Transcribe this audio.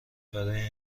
برای